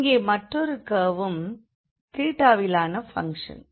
இங்கே மற்றொரு கர்வும் விலான பங்ஷன்